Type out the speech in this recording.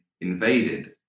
invaded